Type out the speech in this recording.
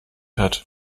hat